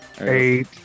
eight